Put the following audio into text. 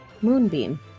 Moonbeam